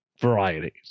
varieties